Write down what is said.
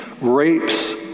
Rapes